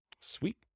Sweet